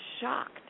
shocked